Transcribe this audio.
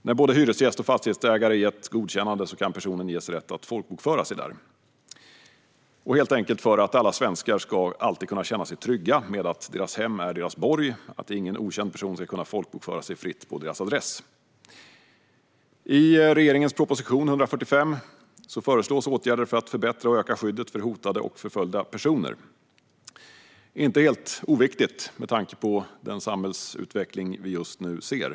När både hyresgäst och fastighetsägare har gett godkännande kan personen ges rätt att folkbokföra sig där. Det handlar helt enkelt om att alla svenskar alltid ska kunna känna sig trygga med att deras hem är deras borg och att ingen okänd person ska kunna folkbokföra sig fritt på deras adress. I regeringens proposition 145 föreslås åtgärder för att förbättra och öka skyddet för hotade och förföljda personer. Det är inte helt oviktigt med tanke på den samhällsutveckling vi just nu ser.